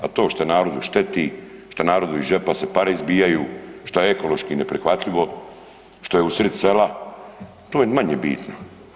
A to što narodu šteti, što narodu iz džepa se pare izbijaju, što je ekološki neprihvatljivo, što je u sred sela, to je manje bitno.